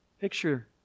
Picture